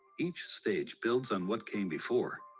each stage builds on what came before,